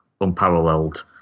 unparalleled